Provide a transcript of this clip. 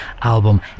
album